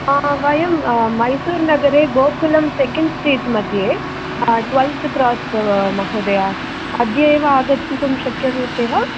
हा वयं मैसूरुनगरे गोकुलं सेकेण्ड् स्टेज् मध्ये ट्वेल्थ् क्रास् महोदय अद्य एव आगन्तुं शक्यते वा